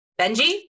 Benji